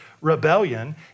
rebellion